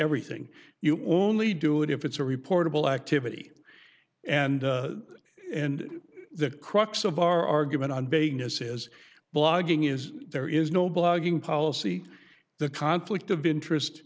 everything you only do it if it's a reportable activity and and the crux of our argument on vagueness is blogging is there is no blogging policy the conflict of interest